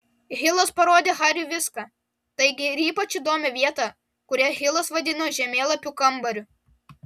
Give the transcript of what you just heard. hilas parodė hariui viską taigi ir ypač įdomią vietą kurią hilas vadino žemėlapių kambariu